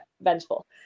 vengeful